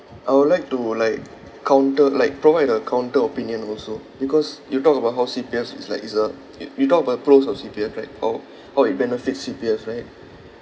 I would like to like counter like provide a counter opinion also because you talk about how C_P_F is like is a you you talk about the pros of C_P_F right or how it benefits C_P_F right